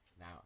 Now